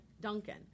Duncan